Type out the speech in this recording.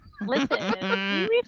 Listen